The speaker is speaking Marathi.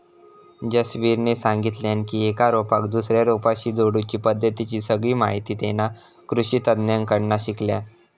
जसवीरने सांगितल्यान की एका रोपाक दुसऱ्या रोपाशी जोडुची पद्धतीची सगळी माहिती तेना कृषि तज्ञांकडना शिकल्यान